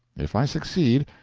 if i succeed,